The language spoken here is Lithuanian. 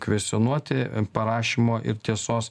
kvestionuoti parašymo ir tiesos